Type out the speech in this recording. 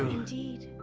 indeed.